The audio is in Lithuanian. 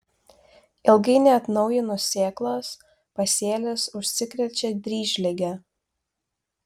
ilgai neatnaujinus sėklos pasėlis užsikrečia dryžlige